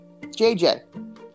JJ